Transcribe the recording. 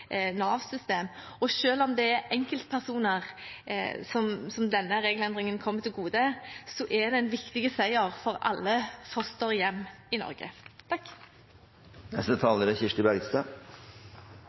Og selv om det er enkeltpersoner denne regelendringen kommer til gode, er det en viktig seier for alle fosterhjem i Norge.